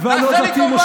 תעשה לי טובה.